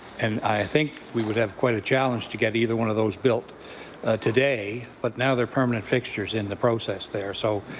and i think we would have quite a challenge to get either one of those built today. but now they are permanent fixtures in the process there. so